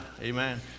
Amen